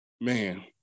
Man